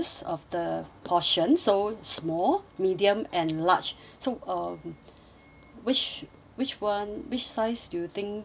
portion so small medium and large so uh which which one which size do you think